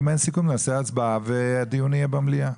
אם אין סיכום נעשה הצבעה והדיון יהיה במליאה.